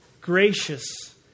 gracious